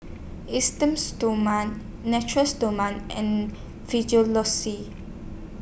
Esteem Stoma Nature Stoma and